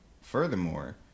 Furthermore